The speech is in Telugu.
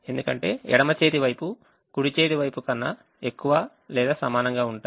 ఎందుకంటే ఎడమ చేతి వైపు కుడి చేతి వైపు కన్నా ఎక్కువ లేదా సమానంగా ఉంటాయి